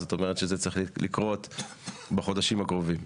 אז זה צריך לקרות בחודשים הקרובים.